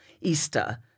Easter